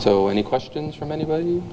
so any questions from anybody